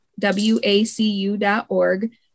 wacu.org